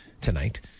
tonight